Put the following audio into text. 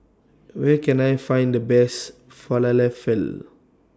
Where Can I Find The Best Falafel